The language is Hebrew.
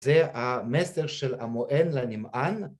זה המסר של המוען לנמען